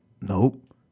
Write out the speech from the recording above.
Nope